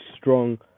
strong